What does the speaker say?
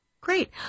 Great